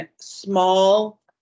small